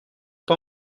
pas